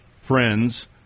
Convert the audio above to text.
friends